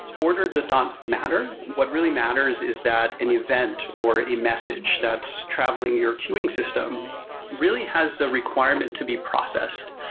order does not matter. what really matters is that an event, or a message that's traveling your queueing system really has a requirement to be processed.